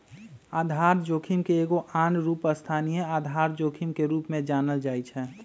आधार जोखिम के एगो आन रूप स्थानीय आधार जोखिम के रूप में जानल जाइ छै